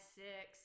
six